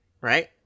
right